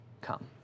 come